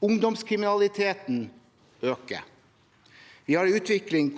ungdomskriminaliteten øker. Det er en utvikling